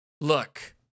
look